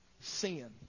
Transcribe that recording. Sin